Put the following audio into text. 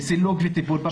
כי יש לסילוק וטיפול הפסולת.